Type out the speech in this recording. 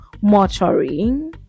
mortuary